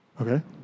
Okay